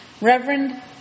Reverend